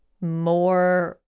more